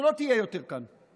שלא תהיה יותר כאן.